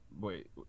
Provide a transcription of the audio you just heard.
wait